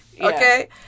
Okay